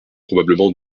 probablement